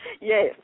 Yes